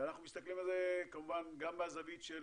ואנחנו מסתכלים על זה כמובן גם מהזווית של